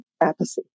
apathy